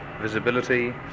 Visibility